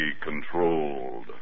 controlled